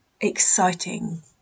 exciting